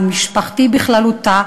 ומשפחתי בכללותה,